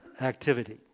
activity